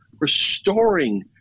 restoring